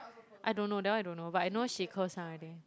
I don't know that [one] I don't know but I know she close down already